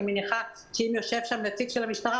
אני מניחה שאם יושב שם נציג של המשטרה,